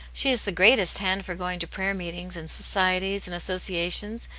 she is the greatest hand for going to prayer-meetings, and societies and associations,